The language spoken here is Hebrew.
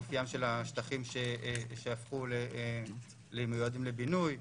אופיים של השטחים שהפכו למיועדים לבינוי,